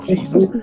Jesus